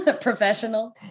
professional